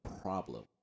problem